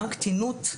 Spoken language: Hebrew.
גם קטינות,